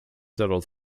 settled